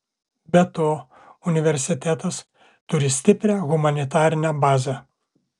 be to universitetas turi stiprią humanitarinę bazę